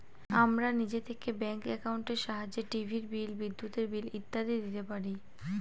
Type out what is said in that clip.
আমরা নিজে থেকে ব্যাঙ্ক একাউন্টের সাহায্যে টিভির বিল, বিদ্যুতের বিল ইত্যাদি দিতে পারি